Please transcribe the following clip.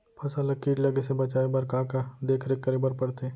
फसल ला किट लगे से बचाए बर, का का देखरेख करे बर परथे?